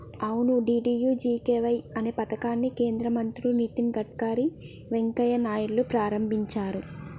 అవును డి.డి.యు.జి.కే.వై అనే పథకాన్ని కేంద్ర మంత్రులు నితిన్ గడ్కర్ వెంకయ్య నాయుడులు ప్రారంభించారు